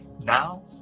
Now